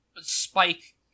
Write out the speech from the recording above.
spike